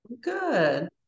Good